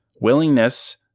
Willingness